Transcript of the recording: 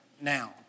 now